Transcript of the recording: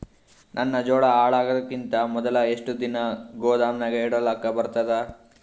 ನನ್ನ ಜೋಳಾ ಹಾಳಾಗದಕ್ಕಿಂತ ಮೊದಲೇ ಎಷ್ಟು ದಿನ ಗೊದಾಮನ್ಯಾಗ ಇಡಲಕ ಬರ್ತಾದ?